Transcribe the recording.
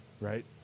right